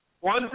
one